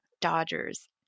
Dodgers